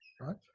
right